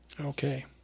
Okay